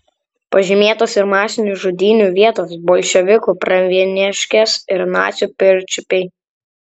pažymėtos ir masinių žudynių vietos bolševikų pravieniškės ir nacių pirčiupiai